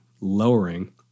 lowering